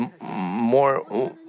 more